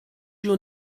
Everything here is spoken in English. your